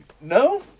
no